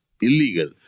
illegal